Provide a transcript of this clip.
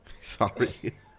sorry